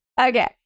Okay